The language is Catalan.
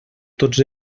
tots